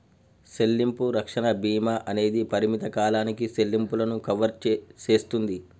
సెల్లింపు రక్షణ భీమా అనేది పరిమిత కాలానికి సెల్లింపులను కవర్ సేస్తుంది